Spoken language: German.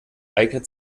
eignet